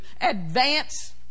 advance